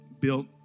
built